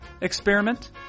experiment